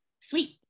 sweet